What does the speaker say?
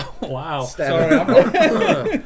wow